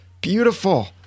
beautiful